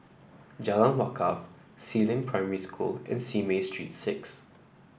Jalan Wakaff Si Ling Primary School and Simei Street Six